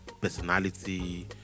personality